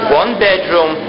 one-bedroom